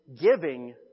giving